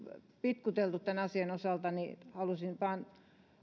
vitkuteltu tämän asian osalta niin halusin vain